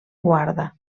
guarda